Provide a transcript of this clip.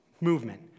movement